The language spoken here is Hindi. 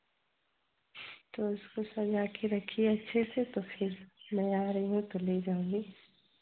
तो उसको सजा के रखिए अच्छे से तो फिर मैं आ रही हूँ तो ले जाऊँगी